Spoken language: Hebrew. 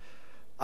על הזיכרון.